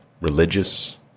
religious